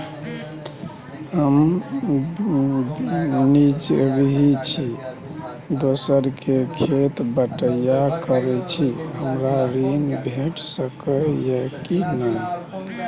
हम निजगही छी, दोसर के खेत बटईया करैत छी, हमरा ऋण भेट सकै ये कि नय?